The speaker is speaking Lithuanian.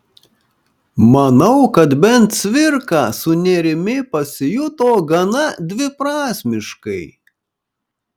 manau kad bent cvirka su nėrimi pasijuto gana dviprasmiškai